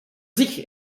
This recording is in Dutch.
zich